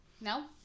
no